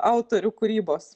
autorių kūrybos